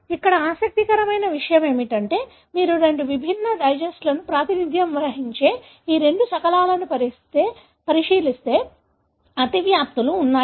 ఇక్కడ ఆసక్తికరమైన విషయం ఏమిటంటే మీరు రెండు విభిన్న డైజెస్ట్లకు ప్రాతినిధ్యం వహించే ఈ రెండు శకలాలను పరిశీలిస్తే అతివ్యాప్తులు ఉన్నాయి